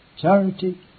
Charity